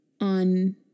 on